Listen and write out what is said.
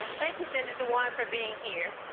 thank you, senator warren, for being here.